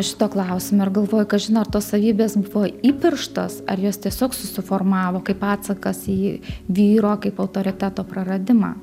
šito klausimo ir galvoju kažin ar tos savybės buvo įpirštos ar jos tiesiog susiformavo kaip atsakas į vyro kaip autoriteto praradimą